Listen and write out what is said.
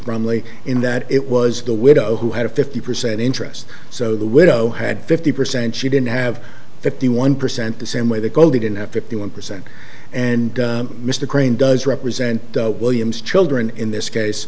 bromley in that it was the widow who had a fifty percent interest so the widow had fifty percent she didn't have fifty one percent the same way that goldie didn't have fifty one percent and mr crane does represent williams children in this case